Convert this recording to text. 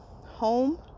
home